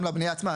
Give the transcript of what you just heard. גם לבנייה עצמה,